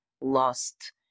lost